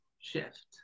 shift